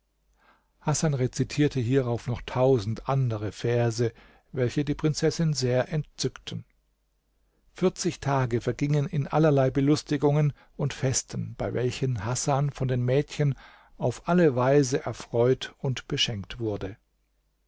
hasan rezitierte hierauf noch tausend andere verse welche die prinzessin sehr entzückten vierzig tage vergingen in allerlei belustigungen und festen bei welchen hasan von den mädchen auf alle weise erfreut und beschenkt wurde